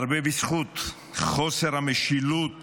הרבה בזכות חוסר המשילות